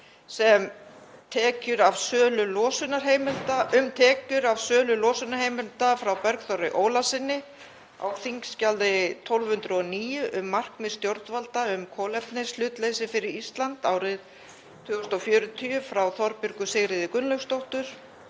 um tekjur af sölu losunarheimilda, frá Bergþóri Ólasyni, á þskj. 1209, um markmið stjórnvalda um kolefnishlutleysi fyrir Ísland árið 2040, frá Þorbjörgu Sigríði Gunnlaugsdóttur,